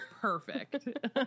Perfect